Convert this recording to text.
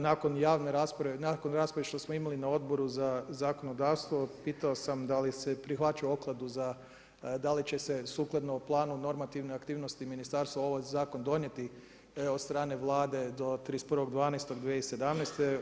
Nakon javne rasprave, nakon rasprave što smo imali na Odboru za zakonodavstvo pitao sam da li se prihvaća opkladu da li će se sukladno planu normativne aktivnosti ministarstva ovaj zakon donijeti od strane Vlade do 31.12.2107.